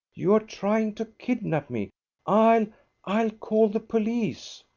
you are trying to kidnap me i'll i'll call the police.